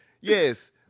Yes